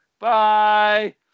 Bye